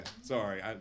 sorry